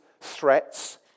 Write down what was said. threats